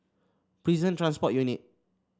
Prison Transport Unit